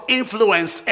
influence